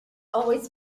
always